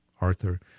Arthur